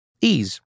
Ease